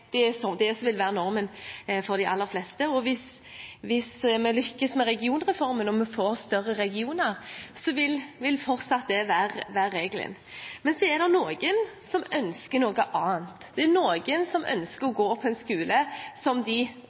Det er det som vil være normen for de aller fleste, og hvis vi lykkes med regionreformen og får større regioner, vil det fortsatt være regelen. Men det er noen som ønsker noe annet. Det er noen som ønsker å gå på en skole som de